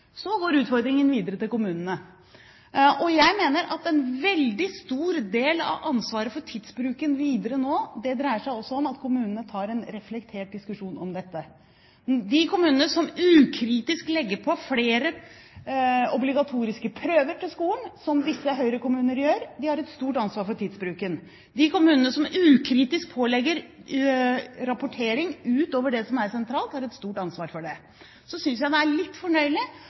Så går utfordringen videre til kommunene. Jeg mener at en veldig stor del av ansvaret for tidsbruken videre nå dreier seg om at kommunene tar en reflektert diskusjon om dette. De kommunene som ukritisk legger flere obligatoriske prøver til skolen, som visse Høyre-kommuner gjør, har et stort ansvar for tidsbruken. De kommunene som ukritisk pålegger rapportering utover det som er sentralt, har et stort ansvar for det. Så synes jeg det er litt fornøyelig